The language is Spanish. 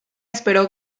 esperó